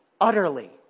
utterly